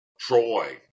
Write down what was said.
troy